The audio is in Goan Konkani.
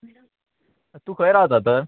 तूं खंय रावता तर